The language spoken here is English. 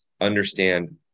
understand